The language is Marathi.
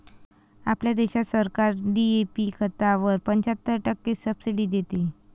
आपल्या देशात सरकार डी.ए.पी खतावर पंच्याहत्तर टक्के सब्सिडी देते